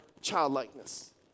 childlikeness